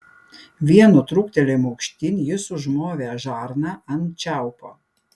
vienu trūktelėjimu aukštyn jis užmovė žarną ant čiaupo